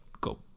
go